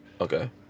Okay